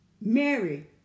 Mary